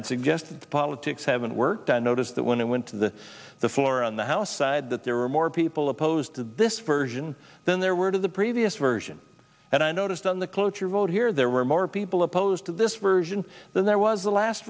i'd suggest that the politics haven't worked i noticed that when it went to the floor on the house side that there were more people opposed to this version than there were to the previous version and i noticed on the cloture vote here there were more people opposed to this version than there was the last